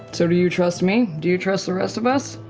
so do you trust me? do you trust the rest of us?